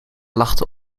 lachte